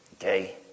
Okay